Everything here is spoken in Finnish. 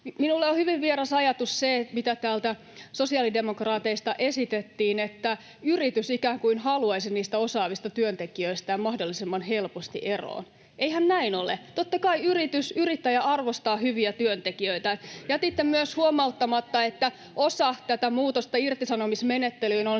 Minulle on hyvin vieras ajatus se, mitä täältä sosiaalidemokraateista esitettiin, että yritys ikään kuin haluaisi niistä osaavista työntekijöistään mahdollisimman helposti eroon. Eihän näin ole, totta kai yritys, yrittäjä arvostaa hyviä työntekijöitään. Jätitte myös huomauttamatta, että osa tätä muutosta irtisanomismenettelyyn on